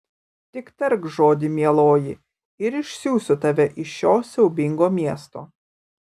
tik tark žodį mieloji ir išsiųsiu tave iš šio siaubingo miesto